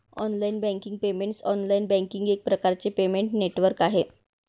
online banking payments online banking एक प्रकारचे payment network आहे